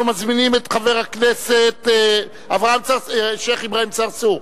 אנחנו מזמינים את חבר הכנסת שיח' אברהים צרצור.